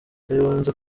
kayonza